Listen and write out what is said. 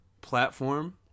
Platform